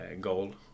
goal